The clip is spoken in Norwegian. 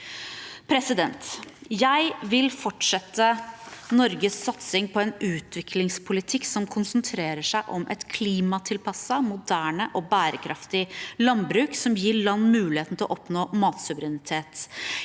Jeg vil fortsette Norges satsing på en utviklingspolitikk som konsentrerer seg om et klimatilpasset, moderne og bærekraftig landbruk, som gir land mulighet til å oppnå matsuverenitet.